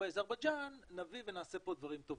באזרבייג'ן נביא ונעשה פה דברים טובים,